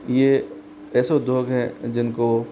ये ऐसे उद्योग हैं जिनको